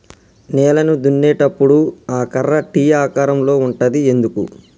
నేలను దున్నేటప్పుడు ఆ కర్ర టీ ఆకారం లో ఉంటది ఎందుకు?